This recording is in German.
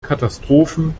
katastrophen